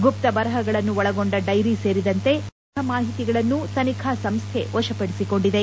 ಗುಪ್ತ ಬರಹಗಳನ್ನು ಒಳಗೊಂಡ ಡೈರಿ ಸೇರಿದಂತೆ ಆಕ್ಷೇಪಾರ್ಹ ಮಾಹಿತಿಗಳನ್ನು ತನಿಖಾ ಸಂಸ್ಥೆ ವಶಪಡಿಸಿಕೊಂಡಿದೆ